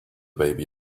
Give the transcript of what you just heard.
baby